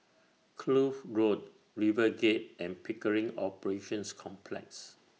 Kloof Road RiverGate and Pickering Operations Complex